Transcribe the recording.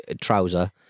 trouser